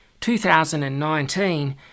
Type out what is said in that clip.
2019